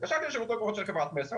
התקשרתי לשירות לקוחות של חברת מסר,